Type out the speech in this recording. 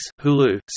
Hulu